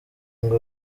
ngo